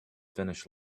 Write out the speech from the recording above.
finish